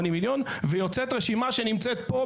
ויוצאת הרשימה שנמצאת פה בשקף.